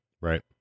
Right